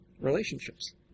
relationships